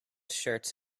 shirts